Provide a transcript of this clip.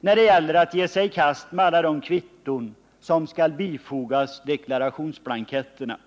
när det gäller att ge sig i kast med alla de kvitton som skall bifogas deklarationsblanketterna.